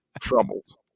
troubles